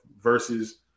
versus